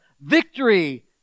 victory